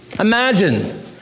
Imagine